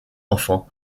enfants